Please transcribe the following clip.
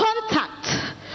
contact